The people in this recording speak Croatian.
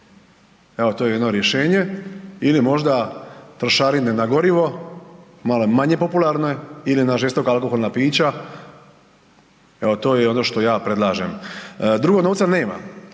Evo to je jedno rješenje ili možda trošarine na gorivo, malo manje popularne ili na žestoka alkoholna pića, evo to je ono što ja predlažem. Drugog novca nema,